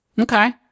Okay